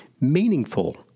meaningful